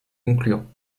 concluant